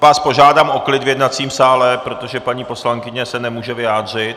Já vás požádám o klid v jednacím sále, protože paní poslankyně se nemůže vyjádřit.